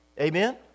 Amen